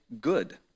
good